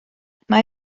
mae